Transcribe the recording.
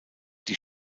die